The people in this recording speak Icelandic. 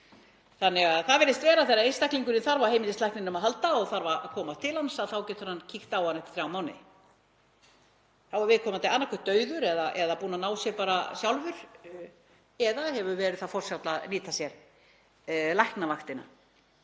halda. Það virðist vera að þegar einstaklingurinn þarf á heimilislækninum að halda og þarf að koma til hans þá getur læknirinn kíkt á hann eftir þrjá mánuði. Þá er viðkomandi annaðhvort dauður eða búinn að ná sér bara sjálfur eða hefur verið það forsjáll að nýta sér Læknavaktina